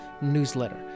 newsletter